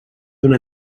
una